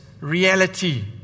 reality